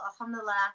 alhamdulillah